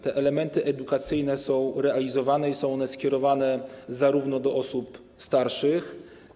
Te elementy edukacyjne są realizowane i są one skierowane do osób starszych.